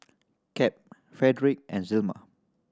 Cap Fredric and Zelma